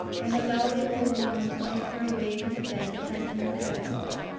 and allowed the old woman to take her away to the bed that had been prepared for her.